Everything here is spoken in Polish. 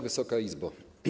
Wysoka Izbo!